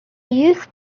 used